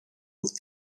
with